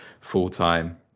full-time